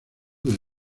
del